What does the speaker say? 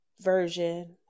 version